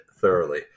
thoroughly